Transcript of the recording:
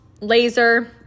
laser